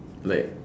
like